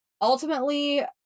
Ultimately